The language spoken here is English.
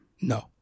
No